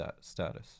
status